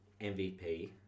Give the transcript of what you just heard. MVP